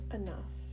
enough